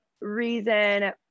reason